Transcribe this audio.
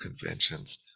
conventions